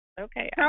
Okay